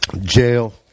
Jail